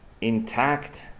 intact